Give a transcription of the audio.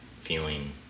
feeling